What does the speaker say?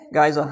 guys